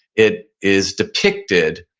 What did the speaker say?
it is depicted,